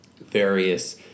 various